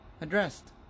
addressed